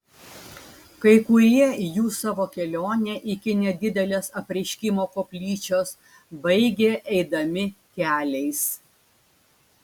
kai kurie jų savo kelionę iki nedidelės apreiškimo koplyčios baigė eidami keliais